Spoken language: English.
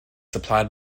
supplied